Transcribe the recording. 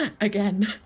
again